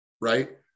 Right